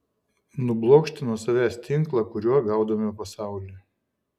nublokšti nuo savęs tinklą kuriuo gaudome pasaulį